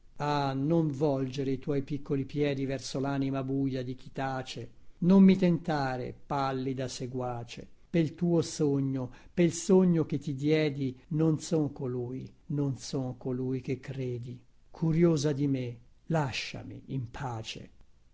ah non volgere i tuoi piccoli piedi verso lanima buia di chi tace non mi tentare pallida seguace pel tuo sogno pel sogno che ti diedi non son colui non son colui che credi curiosa di me lasciami in pace